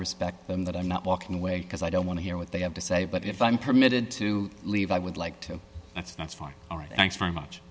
respect them that i'm not walking away because i don't want to hear what they have to say but if i'm permitted to leave i would like to that's that's fine all right thanks very much